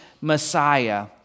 Messiah